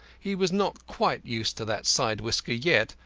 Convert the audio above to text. he was not quite used to that side-whisker yet,